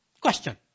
Question